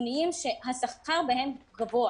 חיוניים שהשכר בהם הוא גבוה.